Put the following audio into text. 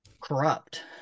corrupt